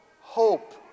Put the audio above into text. hope